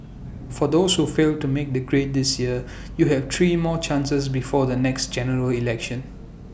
for those who failed to make the grade this year you have three more chances before the next General Election